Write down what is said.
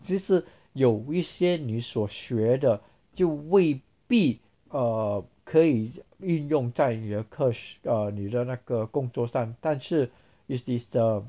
其实有一些你所学的就未必 err 可以运用在你的课室 err 你的那个工作上但是 is this the